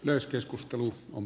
myös keskustelu on